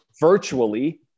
virtually